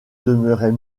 demeurait